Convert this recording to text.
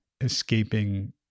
escaping